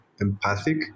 empathic